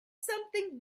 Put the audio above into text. something